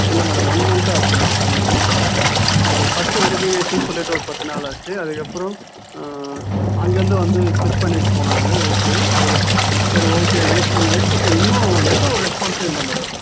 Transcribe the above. இல்லை madam one மந்த்தாச்சு நான் பண்ணி ஆ ஃபர்ஸ்ட்டு வெரிஃபிக்கேஷன் சொல்லிட்டு ஒரு பத்து நாளாச்சு அதுக்கப்புறம் அங்கேயிருந்து வந்து செக் பண்ணிவிட்டு போனாங்க வீட்லேயும் அதுக்கப்புறம் சரி ஓகே வெயிட் பண்ணி வெயிட் பண்ணி இன்னும் எந்த ஒரு ரெஸ்பான்ஸ்ஸும் இல்லை மேடம்